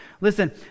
Listen